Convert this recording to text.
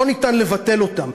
לא ניתן לבטל אותם.